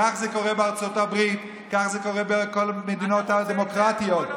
כך זה קורה בארצות הברית וכך זה קורה בכל המדינות הדמוקרטיות.